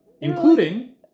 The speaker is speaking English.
including